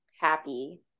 happy